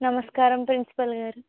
నమస్కారం ప్రిన్సిపల్ గారు